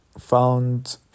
Found